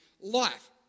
life